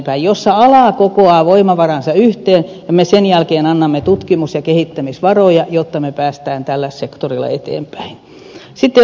siinä ala kokoaa voimavaransa yhteen ja me sen jälkeen annamme tutkimus ja kehittämisvaroja jotta me pääsemme tällä sektorilla eteenpäin